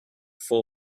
full